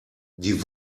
die